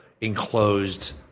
enclosed